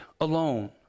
alone